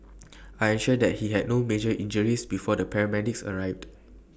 I ensured that he had no major injuries before the paramedics arrived